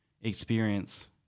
experience